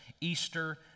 Easter